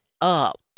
up